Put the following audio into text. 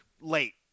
late